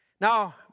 Now